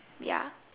ya